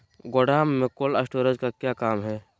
गोडम में cold storage का क्या काम है?